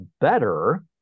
better